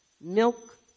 milk